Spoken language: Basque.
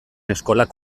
eskolak